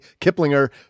Kiplinger